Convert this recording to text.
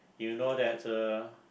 you know that the